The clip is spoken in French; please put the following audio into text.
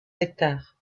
hectares